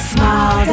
Small